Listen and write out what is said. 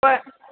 बरं